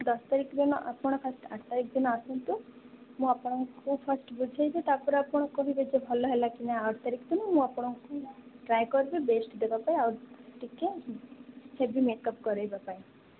ଦଶ ତାରିଖ ଦିନ ଆପଣ ଫାଷ୍ଟ ଆଠ ତାରିଖ ଦିନ ଆସନ୍ତୁ ମୁଁ ଆପଣଙ୍କୁ ଫାଷ୍ଟ ବୁଝେଇବି ତାପରେ ଆପଣ କହିବେଯେ ଭଲ ହେଲାକି ନାଇଁ ଆଠ ତାରିଖ ଦିନ ମୁଁ ଆପଣଙ୍କଠୁ ଟ୍ରାଏ କରିବି ବେଷ୍ଟ ଦେବାପାଇଁ ଆଉ ଟିକେ ହେଭି ମେକଅପ କରେଇବା ପାଇଁ